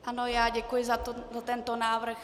Ano, já děkuji za tento návrh.